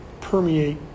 permeate